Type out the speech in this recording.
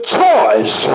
choice